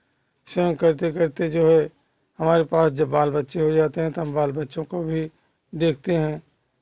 स्वयं करते करते जो है हमारे पास जब बाल बच्चे हो जाते हैं तब बाल बच्चों को भी देखते हैं